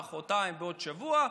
מוחרתיים ובעוד שבוע,